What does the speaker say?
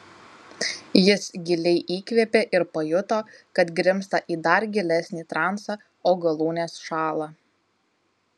jis giliai įkvėpė ir pajuto kad grimzta į dar gilesnį transą o galūnės šąla